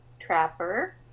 trapper